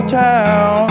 town